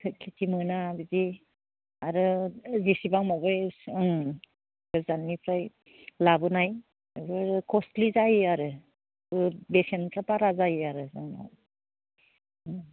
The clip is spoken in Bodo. खेति मोना बिदि आरो जेसेबां माबायो एसेबां गोजाननिफ्राय लाबोनाय जोबोर क'स्टलि जायो आरो बेसेनफ्रा बारा जायो आरो जोंनाव